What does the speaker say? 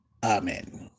Amen